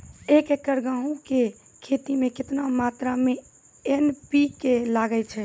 एक एकरऽ गेहूँ के खेती मे केतना मात्रा मे एन.पी.के लगे छै?